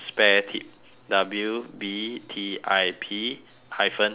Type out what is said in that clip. W B T I P hyphen V S